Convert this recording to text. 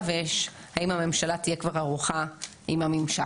ויש האם הממשלה תהיה כבר ערוכה עם הממשק.